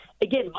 again